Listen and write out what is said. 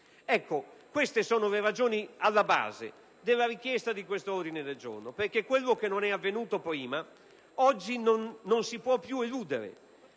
altro. Queste sono le ragioni alla base della richiesta di questo ordine del giorno, perché quanto non è avvenuto prima non si può più eludere